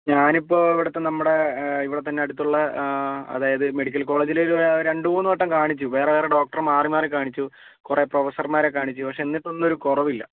ഞാനിപ്പോൾ ഇവിടുത്തെ നമ്മുടെ ഇവിടെ തന്നെ അടുത്തുള്ള അതായതു മെഡിക്കൽ കോളേജിൽ ഒരു രണ്ട് മൂന്ന് വട്ടം കാണിച്ചു വേറെ വേറെ ഡോക്ടറെ മാറി മാറി കാണിച്ചു കുറേ പ്രഫസർമാരെ കാണിച്ചു പക്ഷേ എന്നിട്ടൊന്നും ഒരു കുറവില്ല